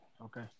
Okay